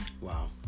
Wow